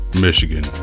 Michigan